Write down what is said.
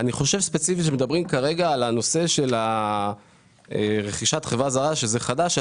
אני חושב ספציפית שמדברים כרגע על הנושא של רכישת חברה זרה שזה חדש,